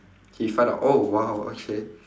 he find out oh !wow! okay